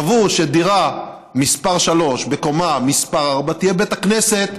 קבעו שדירה מס' 3 בקומה מס' 4 תהיה בית הכנסת